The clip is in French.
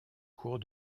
cours